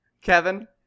Kevin